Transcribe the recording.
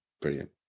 Brilliant